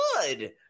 good